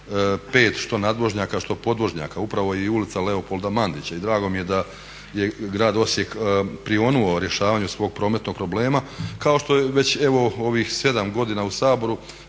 što nadvožnjaka, što podvožnjaka, upravo i ulica Leopolda Mandića. I drago mi je da je grad Osijek prionuo rješavanju svog prometnog problema kao što već evo ovih 7 godina u Saboru